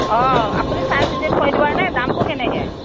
অ আপুনি চাই চিন্তি থৈ দিব দেই দামটো কেনেকৈ